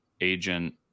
agent